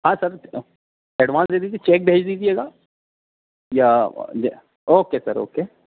ہاں sir advance دے دیجیے چیک بھیج دیجیے گا یا اوکے سر اوکے